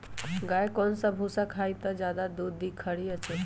गाय कौन सा भूसा खाई त ज्यादा दूध दी खरी या चोकर?